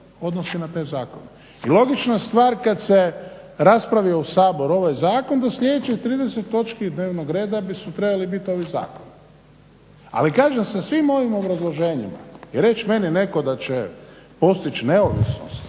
odnosi na te zakone i logična stvar kad se raspravi u Saboru ovaj zakon da sljedećih 30 točki dnevnog reda bi trebali biti ovi zakoni. Ali kažem sa svim ovim obrazloženjima reći meni netko da će postići neovisnost,